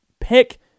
pick